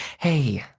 hey,